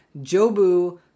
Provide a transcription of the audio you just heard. jobu